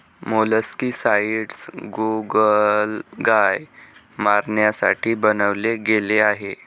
molluscicides गोगलगाय मारण्यासाठी बनवले गेले आहे